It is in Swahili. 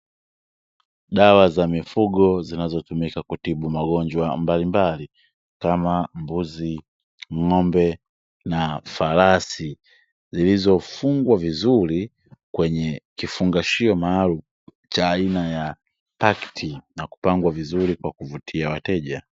Dawa za mifugo zinazotumika kutibu magonjwa mbalimbali, kama mbuzi, ng’ombe na farasi, zilizofungwa vizuri kwenye kifungashio maalumu cha aina ya pakiti na kupangwa kwa utaratibu unaovutia wateja.